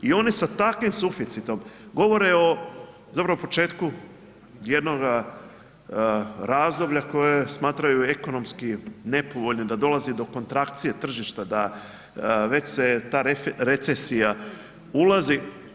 I oni sa takvim suficitom govore o zapravo početku jednoga razdoblja koje smatraju ekonomski nepovoljnim, da dolazi do kontrakcije tržišta da već se ta recesija ulazi.